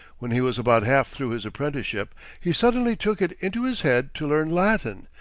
when he was about half through his apprenticeship he suddenly took it into his head to learn latin,